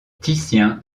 titien